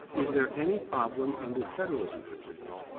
is there any problem under federalism principles?